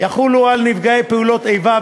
יחולו על נפגעי פעולות איבה,